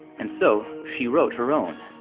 and so she wrote her own.